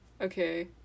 Okay